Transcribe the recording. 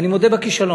אני מודה בכישלון.